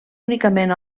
únicament